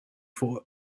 for